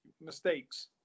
mistakes